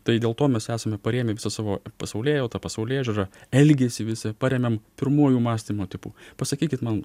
tai dėl to mes esame paėmę visą savo pasaulėjautą pasaulėžiūrą elgesį visą paremiam pirmuoju mąstymo tipu pasakykit man